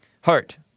Heart